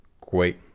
great